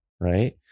right